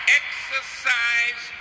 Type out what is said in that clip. exercise